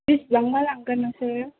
बेसबांबा लांगोन नोंसोरो